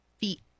feet